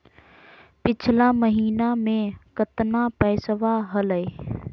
पिछला महीना मे कतना पैसवा हलय?